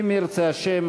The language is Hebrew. אם ירצה השם,